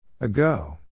Ago